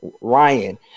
Ryan